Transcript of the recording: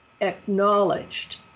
acknowledged